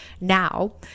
now